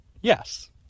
yes